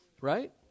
right